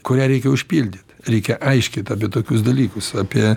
kurią reikia užpildyt reikia aiškint apie tokius dalykus apie